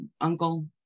uncle